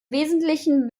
wesentlichen